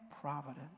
providence